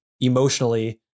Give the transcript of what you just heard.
emotionally